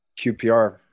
QPR